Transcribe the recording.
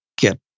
get